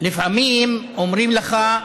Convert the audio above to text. לפעמים אומרים לך: